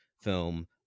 film